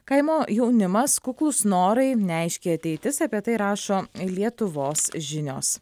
kaimo jaunimas kuklūs norai neaiški ateitis apie tai rašo lietuvos žinios